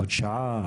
עוד שעה?